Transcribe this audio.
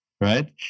right